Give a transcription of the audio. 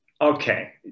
okay